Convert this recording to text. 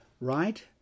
right